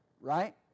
Right